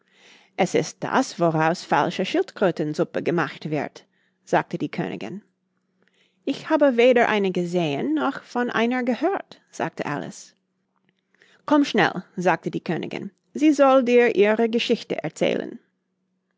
es ist das woraus falsche schildkrötensuppe gemacht wird sagte die königin ich habe weder eine gesehen noch von einer gehört sagte alice komm schnell sagte die königin sie soll dir ihre geschichte erzählen